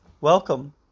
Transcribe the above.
welcome